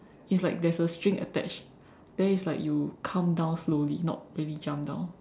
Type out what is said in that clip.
it's like there's a string attached then it's like you come down slowly not really jump down